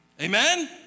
Amen